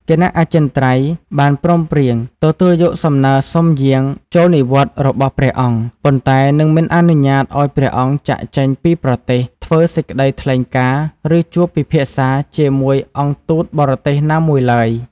គណៈអចិន្ត្រៃយ៍បានព្រមព្រៀងទទួលយកសំណើសុំយាងចូលនិវត្តន៍របស់ព្រះអង្គ ប៉ុន្តែនឹងមិនអនុញ្ញាតឱ្យព្រះអង្គចាកចេញពីប្រទេស ធ្វើសេចក្តីថ្លែងការណ៍ ឬជួបពិភាក្សាជាមួយអង្គទូតបរទេសណាមួយឡើយ ។